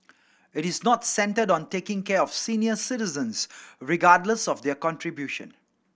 it is not centred on taking care of senior citizens regardless of their contribution